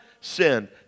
sinned